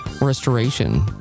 restoration